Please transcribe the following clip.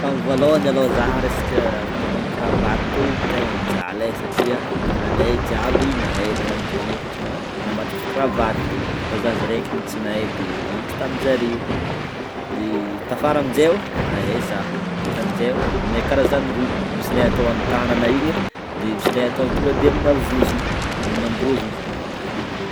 Tamin'ny voalôhany alôha zah resaka fanaovana kravato tegna nijaly e, satria namanay jiaby nahay nagnano ka- nanao namatotra kravaty fa zah zah araiky no tsy nahay de nianatra tamin'jareo de tafara am'jay ô nahay za tam'jay o nahay karazany roa nisy le atao amin'ny tagnana igny de misy le atao tonga de amin'ny vozony amin'am-bôzogny zany,